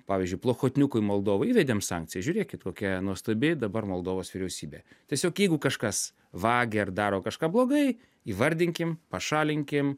pavyzdžiui plochotniukui moldovoj įvedėm sankcijas žiūrėkit kokia nuostabi dabar moldovos vyriausybė tiesiog jeigu kažkas vagia ar daro kažką blogai įvardinkim pašalinkim